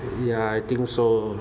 ya I think so